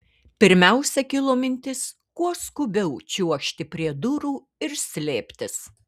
pirmiausia kilo mintis kuo skubiau čiuožti prie durų ir slėptis